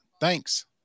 Thanks